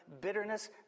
bitterness